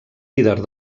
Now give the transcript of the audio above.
líder